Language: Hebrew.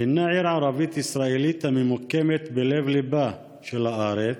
הינה עיר ערבית ישראלית הממוקמת בלב-ליבה של הארץ,